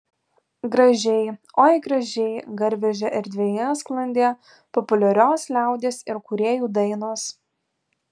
gražiai oi gražiai garvežio erdvėje sklandė populiarios liaudies ir kūrėjų dainos